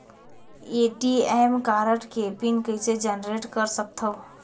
ATM card के pin कइसे generate कर सकथव?